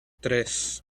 tres